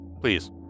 please